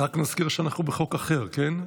אני רק מזכיר שאנחנו בחוק אחר, כן?